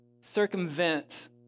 circumvent